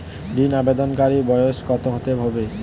ঋন আবেদনকারী বয়স কত হতে হবে?